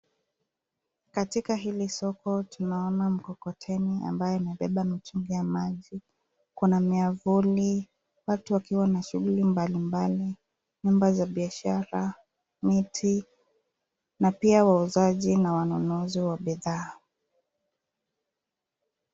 Katika hili soko tunaona mkokoteni ambaye amebeba mitungi ya maji, kuna miavuli, watu wakiwa na shughuli mbalimbali, nyumba za biashara, miti na pia wauzaji na wanunuzi wa bidhaa.